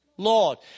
Lord